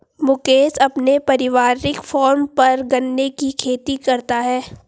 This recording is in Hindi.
मुकेश अपने पारिवारिक फॉर्म पर गन्ने की खेती करता है